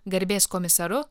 garbės komisaru